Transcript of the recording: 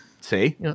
See